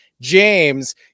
James